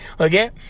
Okay